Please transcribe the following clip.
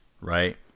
Right